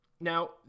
Now